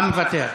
מה מוותר?